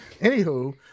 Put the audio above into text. Anywho